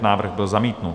Návrh byl zamítnut.